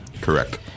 Correct